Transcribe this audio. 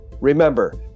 Remember